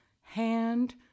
hand